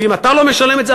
ואם אתה לא משלם את זה,